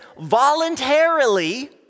voluntarily